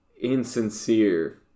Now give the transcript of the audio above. insincere